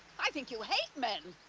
i think you hate men.